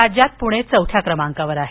राज्यात पूणे चौथ्या क्रमांकावर आहे